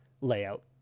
layout